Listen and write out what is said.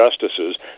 justices